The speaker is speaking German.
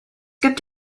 gibt